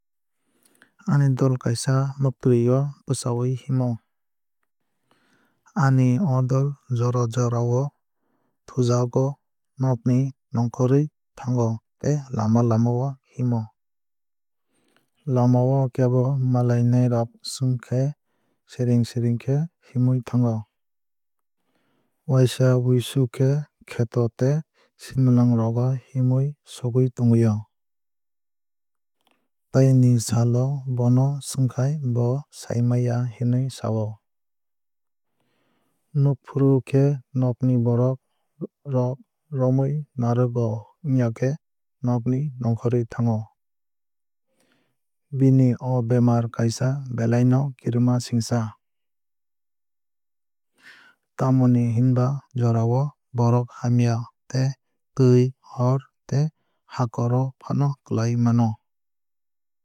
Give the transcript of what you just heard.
Ani dol kaisa muktrwui o bwchawui himo. Ani o dol jora jora o thujago nogni nongkhorwui thango tei lama lama o himo. Lama o kebo malainai rok swngkhe siring siring khe himwui thango. Waisa wuisu khe kheto tei simalwng rogo himwui sogwui tongwui o. Taini sal o bono swngkahi bo saimaiya hinwui sao. Nukfru khe nog ni borok rok ramui narago wngya khe nogni nongkhorwui thango. Bini o bemar kaisa belai no kirima singsa. Tamoni hinba jorao borok hamya tei twui hor tei hakor o fano kwlai mano.